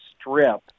strip